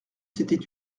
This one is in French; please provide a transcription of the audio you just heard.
c’était